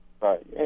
Right